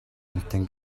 амьтан